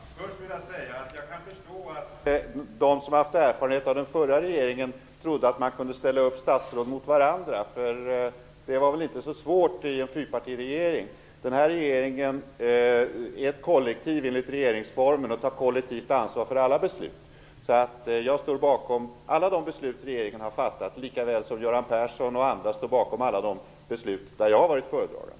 Herr talman! Jag vill först säga att jag kan förstå att de som har haft erfarenhet av den förra regeringen har trott att man kan ställa statsråd mot varandra. Det var väl inte så svårt i en fyrpartiregering. Dagens regering utgör ett kollektiv enligt regeringsformen och tar ett kollektivt ansvar för alla sina beslut. Jag står alltså bakom alla de beslut som regeringen har fattat, likaväl som Göran Persson och andra står bakom alla beslut i de ärenden där jag har varit föredragande.